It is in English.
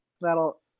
That'll –